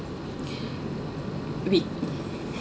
a bit